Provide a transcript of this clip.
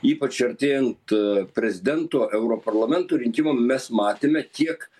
ypač artėjant prezidento europarlamento rinkimam mes matėme kiek